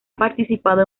participado